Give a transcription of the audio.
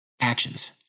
Actions